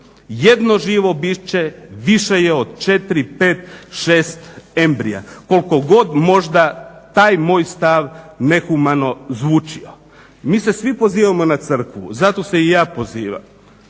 6. 1 živo biće više je od 4,5,6 embrija, koliko god možda taj moj stav nehumano zvučao. Mi se svim pozivamo na crkvu, zato se i ja pozivam,